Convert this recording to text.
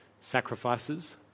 Sacrifices